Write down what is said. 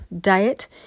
diet